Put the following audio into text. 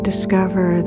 discover